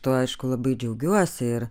tuo aišku labai džiaugiuosi ir